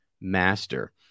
master